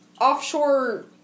offshore